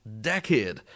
Decade